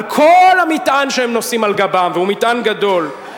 על כל המטען שהם נושאים על גבם, והוא מטען גדול.